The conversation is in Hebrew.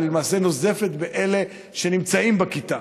היא למעשה נוזפת באלה שנמצאים בכיתה,